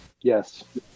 Yes